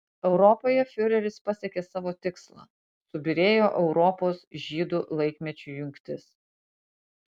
europoje fiureris pasiekė savo tikslą subyrėjo europos žydų laikmečių jungtis